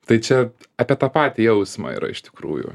tai čia apie tą patį jausmą yra iš tikrųjų